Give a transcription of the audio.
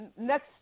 next